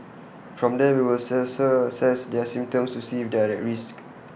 from there we'll assess their symptoms to see if they're at risk